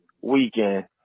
weekend